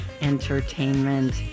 entertainment